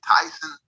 Tyson